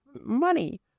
money